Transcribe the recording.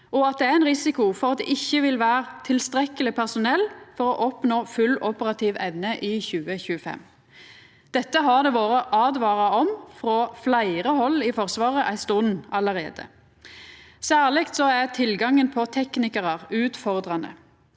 og at det er ein risiko for at det ikkje vil vera tilstrekkeleg personell til å oppnå full operativ evne i 2025. Dette har det vore åtvara om frå fleire hald i Forsvaret ei stund allereie. Særleg er tilgangen på teknikarar utfordrande.